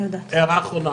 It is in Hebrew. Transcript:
שני שליש